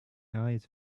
eyes